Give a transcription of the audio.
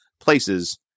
places